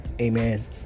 Amen